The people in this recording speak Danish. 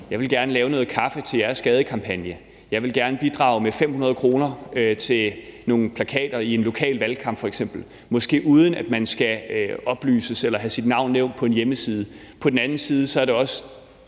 at de gerne vil lave noget kaffe til en gadekampagne eller gerne vil bidrage med 500 kr. til nogle plakater i en lokal valgkamp f.eks., uden at man skal oplyse det eller have sit navn nævnt på en hjemmeside. På den anden side er der også